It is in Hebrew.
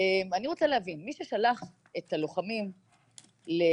אני רוצה להבין מי ששלח את הלוחמים להילחם,